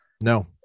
No